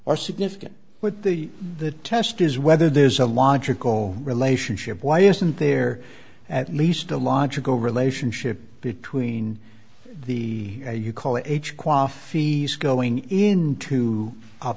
are significant but the the test is whether there is a logical relationship why isn't there at least a logical relationship between the you call it fees going into